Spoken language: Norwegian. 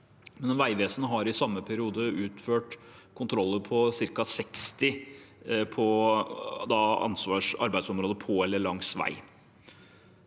men Vegvesenet har i samme periode utført kontroller på ca. 60 arbeidsområder på eller langs veg.